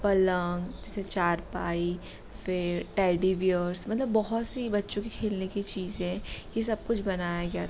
पलंग जैसे चारपाई फ़िर टेडी बीयर्स मतलब बहुत सी बच्चों की खेलने की चीज़ें यह सब कुछ बनाया गया था